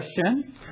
question